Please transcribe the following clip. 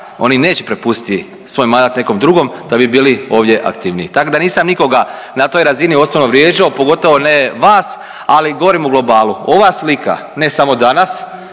oni neće prepustiti svoj mandat nekom drugom da bi bili ovdje aktivniji. Tako da nisam nikoga na toj razini osobno vrijeđao, pogotovo ne vas, ali govorim u globalu. Ova slika, ne samo danas,